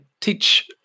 teach